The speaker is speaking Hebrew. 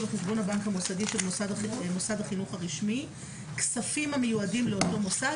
לחשבון הבנק המוסדי של מוסד החינוך הרשמי כספים המיועדים לאותו מוסד,